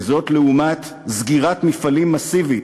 וזאת לעומת סגירת מפעלים מסיבית